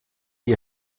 die